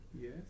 Yes